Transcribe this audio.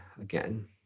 again